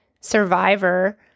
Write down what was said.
survivor